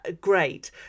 great